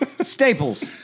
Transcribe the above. Staples